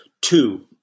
two